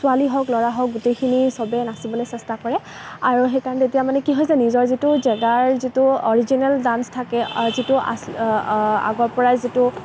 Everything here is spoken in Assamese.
ছোৱালী হওক ল'ৰা হওক গোটেইখিনি সবে নাচিবলৈ চেষ্টা কৰে আৰু সেইকাৰণে তেতিয়া মানে কি হয় যে নিজৰ যিটো জেগাৰ যিটো অৰিজিনেল ডান্চ থাকে যিটো আগৰ পৰাই যিটো